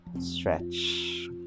Stretch